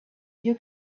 you